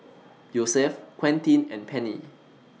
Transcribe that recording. Yosef Quentin and Penni